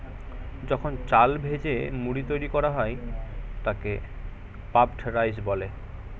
যখন চাল ভেজে মুড়ি তৈরি করা হয় তাকে পাফড রাইস বলে